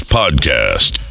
podcast